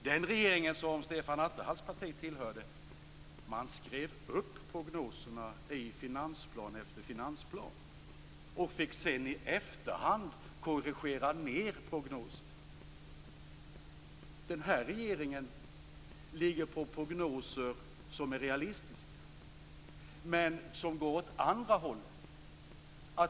Den regering som Stefan Attefalls parti tillhörde skrev upp prognoserna i finansplan efter finansplan och fick i efterhand korrigera ned prognoserna. Den nuvarande regeringen har realistiska prognoser. De går i stället åt det andra hållet.